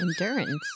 endurance